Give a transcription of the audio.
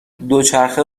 دوچرخه